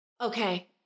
Okay